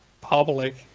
public